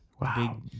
Wow